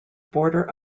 border